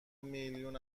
میلیون